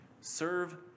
Serve